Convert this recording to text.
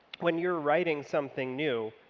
when you're writing something new,